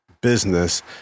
business